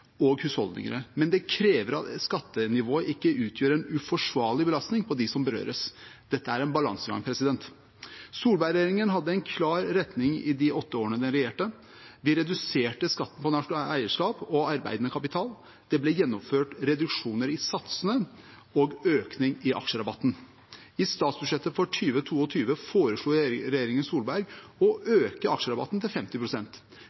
og husholdningene, men det krever at skattenivået ikke utgjør en uforsvarlig belastning på dem som berøres. Dette er en balansegang. Solberg-regjeringen hadde en klar retning i de åtte årene den regjerte. Vi reduserte skatten på norsk eierskap og arbeidende kapital. Det ble gjennomført reduksjoner i satsene og økning av aksjerabatten. I statsbudsjettet for 2022 foreslo regjeringen Solberg å